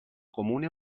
comune